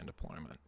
deployment